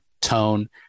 tone